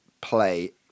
play